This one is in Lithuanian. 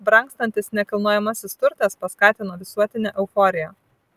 brangstantis nekilnojamasis turtas paskatino visuotinę euforiją